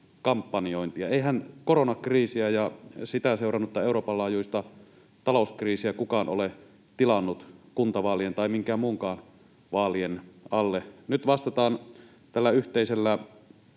kuntavaalikampanjointia. Eihän koronakriisiä ja sitä seurannutta Euroopan-laajuista talouskriisiä kukaan ole tilannut kuntavaalien tai minkään muidenkaan vaalien alle. Nyt vastataan tällä yhteisellä